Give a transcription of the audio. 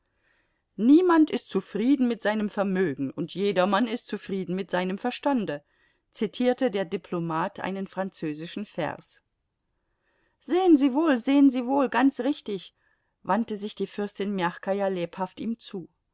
niemand ist zufrieden mit seinem vermögen und jedermann ist zufrieden mit seinem verstande zitierte der diplomat einen französischen vers sehen sie wohl sehen sie wohl ganz richtig wandte sich die fürstin mjachkaja lebhaft ihm zu